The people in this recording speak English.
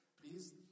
please